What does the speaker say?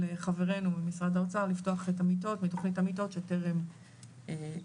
חברינו ממשרד האוצר לפתוח את המיטות מתוכנית המיטות שטרם נפתחו,